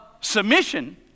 submission